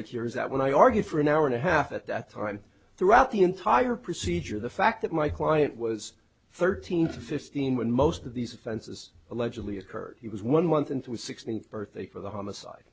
here is that when i argued for an hour and a half at that time throughout the entire procedure the fact that my client was thirteen to fifteen when most of these offenses allegedly occurred he was one month into his sixteenth birthday for the homicide